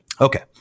okay